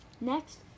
next